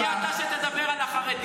מי אתה שתדבר על החרדים?